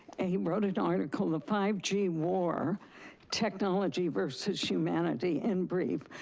he wrote an article, the pipe dream war technology versus humanity. in brief,